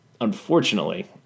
unfortunately